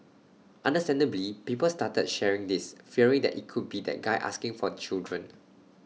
understandably people started sharing this fearing that IT could be that guy asking for children